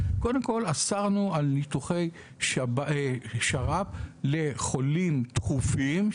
שאסרנו על ניתוחי שר"פ לחולים דחופים.